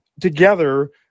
together